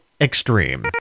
extreme